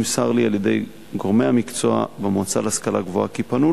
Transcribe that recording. נמסר לי על-ידי גורמי המקצוע במועצה להשכלה גבוהה: פנינו